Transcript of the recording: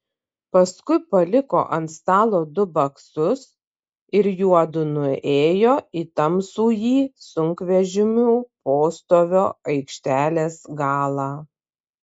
paskui paliko ant stalo du baksus ir juodu nuėjo į tamsųjį sunkvežimių postovio aikštelės galą